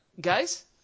guys